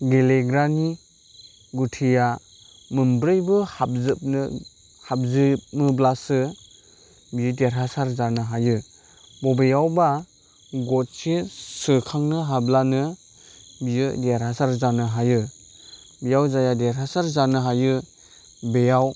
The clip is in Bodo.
गेलेग्रानि गुथिया मोनब्रैबो हाबजोबनो हाजोबोब्लासो बियो देरहासार जानो हायो बबेयावबा गरसे सोखांनो हाब्लानो बियो देरहासार जानो हायो बेयाव जाया देरहासार जानो हायो बेयाव